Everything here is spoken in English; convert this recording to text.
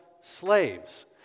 slaves